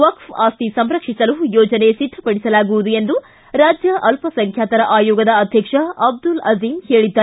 ವಕ್ಷ್ ಅಸ್ತಿ ಸಂರಕ್ಷಿಸಲು ಯೋಜನೆ ಒದ್ಧಪಡಿಸಲಾಗುವುದು ಎಂದು ರಾಜ್ಯ ಅಲ್ಪಸಂಖ್ಯಾತರ ಆಯೋಗದ ಅಧ್ಯಕ್ಷ ಅಬ್ದುಲ್ ಅಜೀಮ್ ಹೇಳಿದ್ದಾರೆ